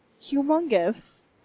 humongous